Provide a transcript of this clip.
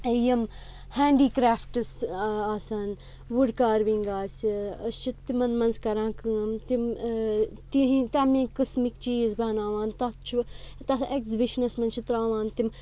یِم handicrafts آسان wood carving آسہِ أسۍ چھِ تِمَن منٛز کَران کٲم تِم تِہِنٛد تَمے قٕسمٕکۍ چیٖز بَناوان تَتھ چھُ تَتھ ایٚگزبِشَنَس منٛز چھِ ترٛاوان تِم